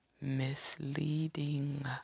misleading